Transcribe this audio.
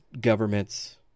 governments